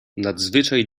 nadzwyczaj